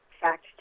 fact